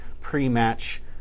pre-match